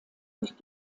durch